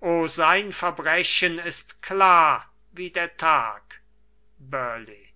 o sein verbrechen ist klar wie der tag burleigh